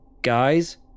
guys